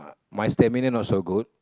my stamina not so good